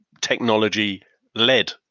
technology-led